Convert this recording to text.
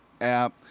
app